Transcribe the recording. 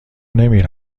نمی